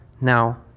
Now